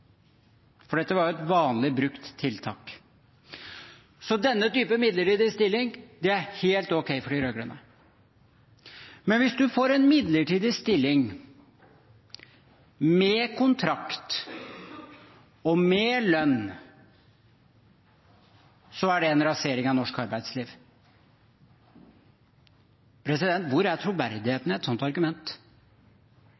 for dette var et vanlig brukt tiltak. Så denne type midlertidig stilling er helt ok for de rød-grønne, men hvis man får en midlertidig stilling med kontrakt og med lønn, er det en rasering av norsk arbeidsliv! Hvor er troverdigheten i et sånt argument?